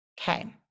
okay